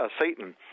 Satan